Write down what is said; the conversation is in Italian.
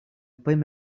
primo